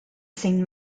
saint